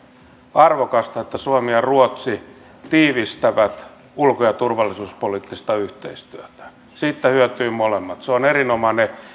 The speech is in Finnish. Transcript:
arvokasta että suomi ja ruotsi tiivistävät ulko ja turvallisuuspoliittista yhteistyötä siitä hyötyvät molemmat se on erinomainen